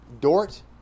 Dort